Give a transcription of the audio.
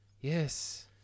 Yes